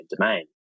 Domain